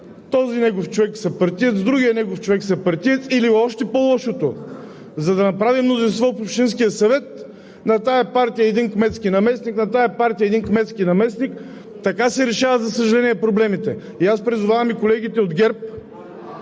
този негов човек съпартиец, другия негов човек съпартиец. И още по-лошото, за да направи мнозинство в общинския съвет – на тази партия един кметски наместник, на тази партия един кметски наместник. Така си решават, за съжаление, проблемите. Аз призовавам колегите от ГЕРБ